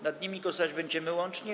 Nad nimi głosować będziemy łącznie.